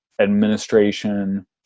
administration